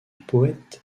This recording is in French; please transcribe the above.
poète